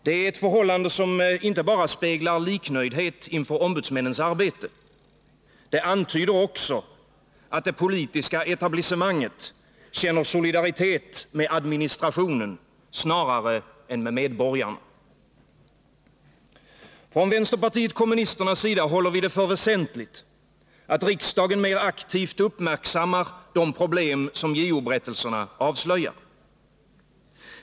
Det är ett förhållande som inte bara speglar liknöjdhet inför ombudsmännens arbete. Det antyder också att det politiska etablissemanget känner solidaritet med administrationen snarare än med medborgarna. Från vänsterpartiet kommunisternas sida håller vi det för väsentligt att riksdagen mer aktivt uppmärksammar de problem som JO-berättelserna avslöjar.